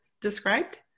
described